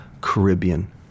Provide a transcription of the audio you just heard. Caribbean